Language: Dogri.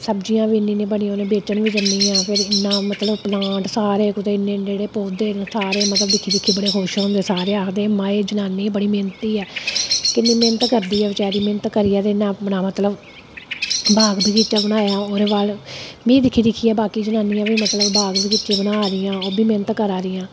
सब्ज़ियां ब इन्नी बड़ियां लग्गी दियां बेचन जन्ने आं सारे कुदै इन्ने पौधे न सारे दिक्खी दिक्खी खुश होंदे सारे आक्खदे माये जनानी किन्नी बड़ी मैह्नती ऐ कन्नै मैह्नत करदी ऐ बेचारी मैह्नत करियै अपना बागबगीचा बनाया ओह्दे बाद ओह्बी बगीचे बना दियां मैह्नत करा दियां